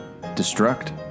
destruct